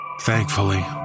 Thankfully